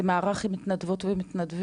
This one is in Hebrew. זה מערך של מתנדבות ומתנדבים?